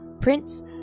Prince